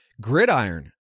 gridiron